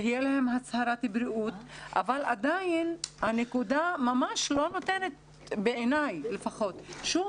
תהיה להם הצהרת בריאות אבל עדיין הנקודה בעיניי לפחות אין